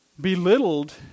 belittled